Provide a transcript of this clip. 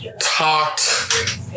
talked